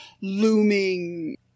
looming